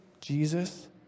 Jesus